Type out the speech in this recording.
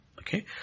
Okay